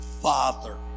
father